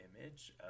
image